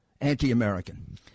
anti-American